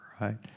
right